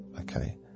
Okay